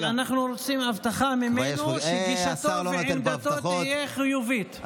אבל אנחנו רוצים הבטחה ממנו שגישתו ועמדתו יהיו חיוביות.